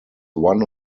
one